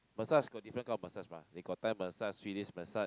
massage got different kind of massage mah they got Thai massage Swedish massage